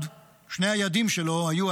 שני היעדים שלו היו,